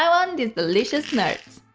um um these delicious nerds!